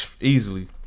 Easily